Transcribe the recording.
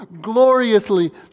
Gloriously